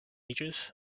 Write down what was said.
ages